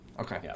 okay